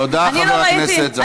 תודה, חבר הכנסת זחאלקה.